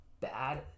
bad